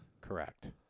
Correct